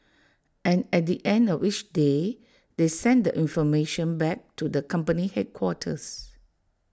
and at the end of each day they send the information back to the company's headquarters